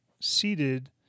seated